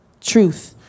Truth